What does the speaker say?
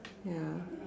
ya